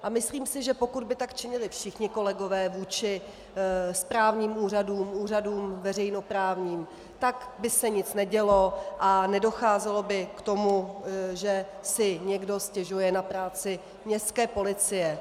A myslím si, že pokud by tak činili všichni kolegové vůči správním úřadům, veřejnoprávním úřadům, tak by se nic nedělo a nedocházelo by k tomu, že si někdo stěžuje na práci městské policie.